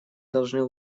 должны